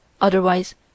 Otherwise